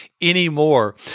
anymore